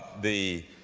the,